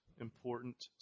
important